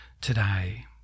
today